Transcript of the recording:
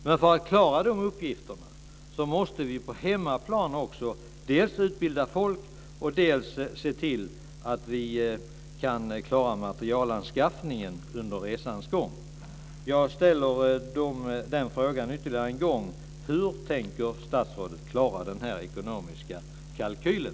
Men för att klara de uppgifterna måste vi också på hemmaplan dels utbilda folk, dels se till att vi kan klara materielanskaffningen under resans gång. Jag ställer frågan ytterligare en gång: Hur tänker statsrådet klara den ekonomiska kalkylen?